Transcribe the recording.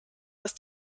ist